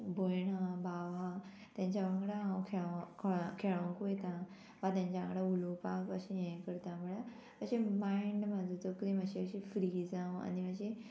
भयण वा भाव हा तेंच्या वांगडा हांव खेळ खेळोंक वयता वा तेंच्या वांगडा उलोवपाक अशें हें करता म्हळ्यार अशें मायंड म्हाजो तकली मातशी अशी फ्री जावं आनी मातशी